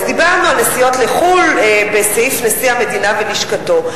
אז דיברנו על נסיעות לחו"ל בסעיף נשיא המדינה ולשכתו.